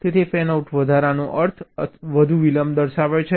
તેથી ફેનઆઉટ વધારવાનો અર્થ વધુ વિલંબ થાય છે